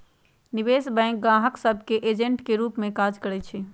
निवेश बैंक गाहक सभ के एजेंट के रूप में काज करइ छै